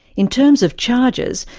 in terms of charges,